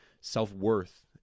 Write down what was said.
self-worth